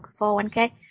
401k